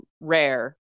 rare